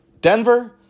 Denver